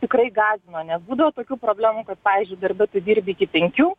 tikrai gąsdino nes būdavo tokių problemų kad pavyzdžiui darbe tu dirbi iki penkių